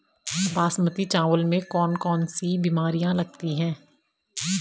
बासमती चावल में कौन कौन सी बीमारियां लगती हैं?